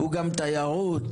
גם תיירות.